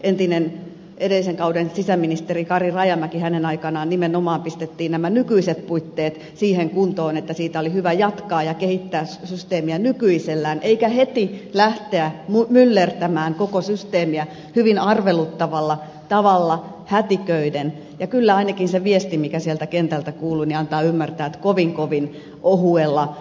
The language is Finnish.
entisen edellisen kauden sisäministerin kari rajamäen aikana nimenomaan pistettiin nämä nykyiset puitteet siihen kuntoon että siitä oli hyvä jatkaa ja kehittää systeemiä nykyisellään eikä heti lähteä myllertämään koko systeemiä hyvin arveluttavalla tavalla hätiköiden ja kyllä ainakin se viesti mikä sieltä kentältä kuului antaa ymmärtää että kovin kovin ohuella